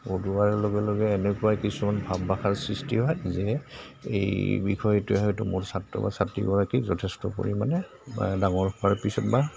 পঢ়োৱাৰ লগে লগে এনেকুৱা কিছুমান ভাব ভাষাৰ সৃষ্টি হয় যে এই বিষয়টোৱে হয়তো মোৰ ছাত্ৰ বা ছাত্ৰীগৰাকী যথেষ্ট পৰিমাণে ডাঙৰ হোৱাৰ পিছত বা